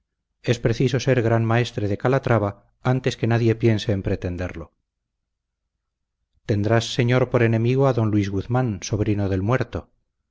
es preciso ser gran maestre de calatrava antes que nadie piense en pretenderlo tendrás señor por enemigo a don luis guzmán sobrino del muerto